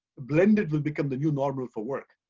blended will become the new normal for work.